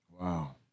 Wow